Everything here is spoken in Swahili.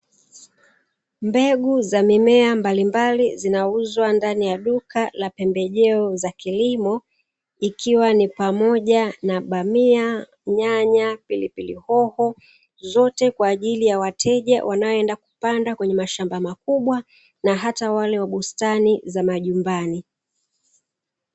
Mbegu za mimea mbalimbali zinauzwa ndani ya duka la pembejeo za kilimo, ikiwa ni pamoja na bamia, nyanya, pilipili hoho, zote kwa ajili ya wateja wanaoenda kupanda kwenye mashamba makubwa na hata wale wa bustani za majumbani.